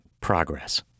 progress